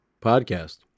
podcast